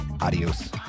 Adios